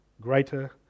greater